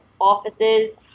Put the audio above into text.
offices